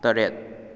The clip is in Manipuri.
ꯇꯔꯦꯠ